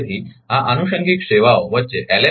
તેથી આ આનુષંગિક સેવાઓ વચ્ચે એલ